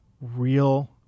Real